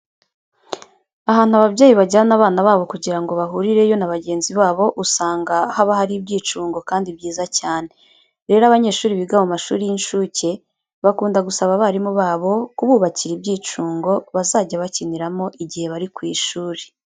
Ahantu ababyeyi bajyana abana babo kugira ngo bahurireyo na bagenzi babo usanga haba hari ibyicungo kandi byiza cyane. Rero abanyeshuri biga mu mashuri y'incuke bakunda gusaba abarimu babo kububakira ibyicungo bazajya bakiniramo igihe bari ku ishuri.